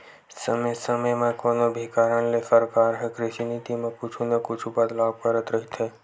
समे समे म कोनो भी कारन ले सरकार ह कृषि नीति म कुछु न कुछु बदलाव करत रहिथे